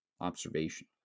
observation